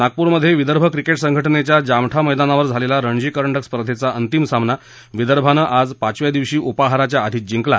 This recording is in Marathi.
नागपूरमध्ये विदर्भ क्रिके संघ रेच्या जामठा मैदानावर झालेला रणजी करंडक स्पर्धेचा अंतिम सामना विदर्भानं आज पाचव्या दिवशी उपाहाराच्या आधीच जिंकला